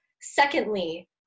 Secondly